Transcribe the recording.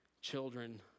children